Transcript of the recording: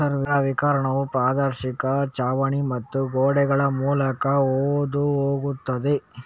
ಸೌರ ವಿಕಿರಣವು ಪಾರದರ್ಶಕ ಛಾವಣಿ ಮತ್ತು ಗೋಡೆಗಳ ಮೂಲಕ ಹಾದು ಹೋಗುತ್ತದೆ